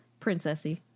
Princessy